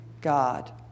God